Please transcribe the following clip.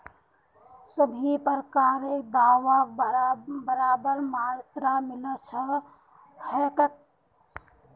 सभी प्रकारेर खादक बराबर मात्रात मिलव्वा ह छेक